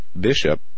bishop